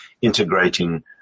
integrating